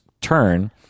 turn